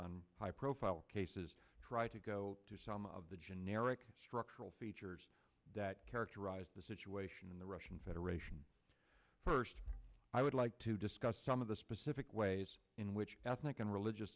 on high profile cases try to go to some of the generic structural features that characterize the situation in the russian federation first i would like to discuss some of the specific ways in which ethnic and religious